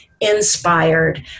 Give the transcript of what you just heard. inspired